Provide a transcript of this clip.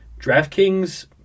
DraftKings